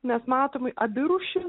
mes matome abi rūšis